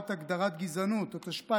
מגן תלם